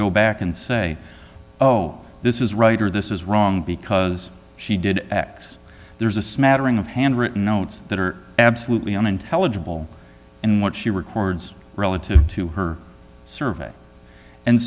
go back and say oh this is right or this is wrong because she did x there's a smattering of handwritten notes that are absolutely unintelligible and what she records relative to her service and